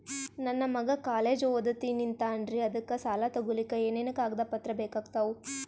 ನನ್ನ ಮಗ ಕಾಲೇಜ್ ಓದತಿನಿಂತಾನ್ರಿ ಅದಕ ಸಾಲಾ ತೊಗೊಲಿಕ ಎನೆನ ಕಾಗದ ಪತ್ರ ಬೇಕಾಗ್ತಾವು?